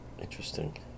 interesting